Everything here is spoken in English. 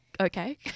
Okay